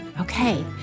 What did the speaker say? Okay